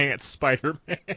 spider-man